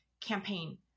campaign